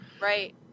Right